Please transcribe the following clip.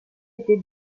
était